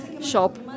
shop